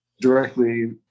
directly